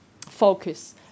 focus